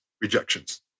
rejections